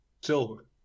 silver